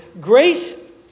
Grace